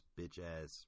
bitch-ass